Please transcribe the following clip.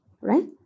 right